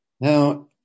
Now